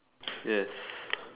yes